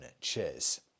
Cheers